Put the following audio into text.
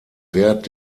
wert